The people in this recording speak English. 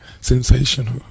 Sensational